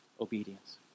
obedience